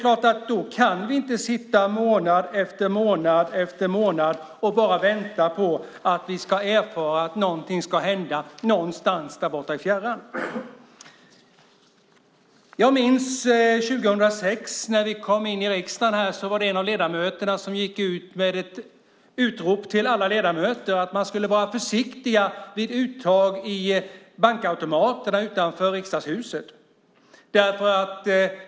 Man kan inte sitta månad efter månad och vänta på att något ska hända långt bort i fjärran. År 2006 var det en ledamot som upplyste alla ledamöter om att man skulle vara försiktig vid uttag i bankautomaterna utanför Riksdagshuset.